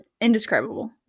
indescribable